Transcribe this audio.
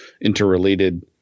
interrelated